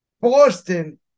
Boston